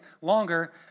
longer